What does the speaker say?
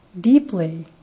deeply